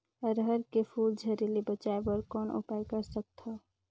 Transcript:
अरहर के फूल झरे ले बचाय बर कौन उपाय कर सकथव?